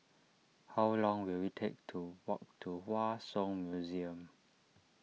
how long will it take to walk to Hua Song Museum